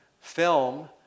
film